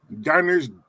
Diners